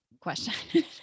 question